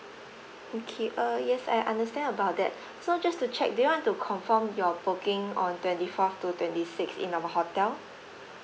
okay uh yes I understand about that so just to check do you want to confirm your booking on twenty fourth to twenty sixth in our hotel